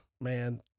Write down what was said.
Man